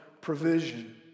provision